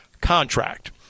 contract